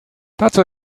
dazu